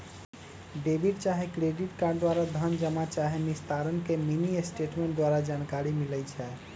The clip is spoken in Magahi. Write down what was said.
डेबिट चाहे क्रेडिट कार्ड द्वारा धन जमा चाहे निस्तारण के मिनीस्टेटमेंट द्वारा जानकारी मिलइ छै